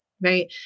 Right